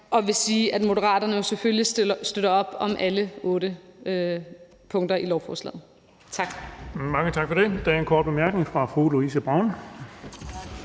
jeg vil sige, at Moderaterne selvfølgelig støtter op om alle otte punkter i lovforslaget. Tak.